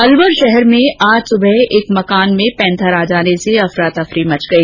अलवर शहर में आज सुबह एक मकान में पैंथर आ जाने से अफरा तफरी मच गई